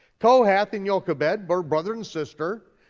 kohath and yochebed were brother and sister,